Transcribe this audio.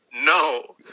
no